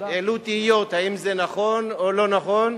שהעלו תהיות, האם זה נכון או לא נכון,